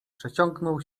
przeciągnął